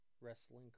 wrestling